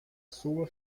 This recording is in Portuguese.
sua